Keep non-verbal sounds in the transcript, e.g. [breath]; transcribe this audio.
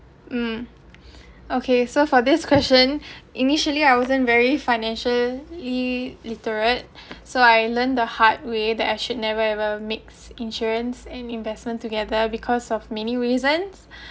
mm okay so for this question initially I wasn't very financially literate so I learnt the hard way that I should never ever mix insurance and investment together because of many reasons [breath]